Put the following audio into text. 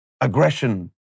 aggression